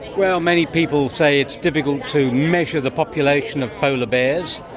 well, many people say it's difficult to measure the population of polar bears,